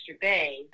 Bay